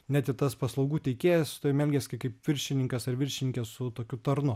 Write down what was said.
net ir tas paslaugų teikėjas su tavim elgias kaip viršininkas ar viršininkė su tokiu tarnu